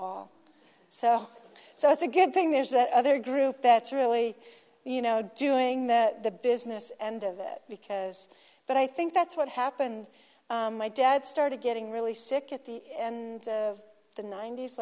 all so so it's a good thing there's that other group that's really you know doing the business end of it because but i think that's what happened my dad started getting really sick at the end of the ninet